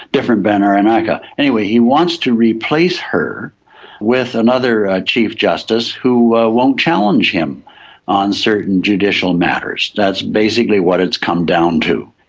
different bandaranayke. ah anyway, he wants to replace her with another chief justice who won't challenge him on certain judicial matters, that's basically what it's come down to.